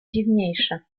dziwniejsza